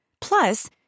Plus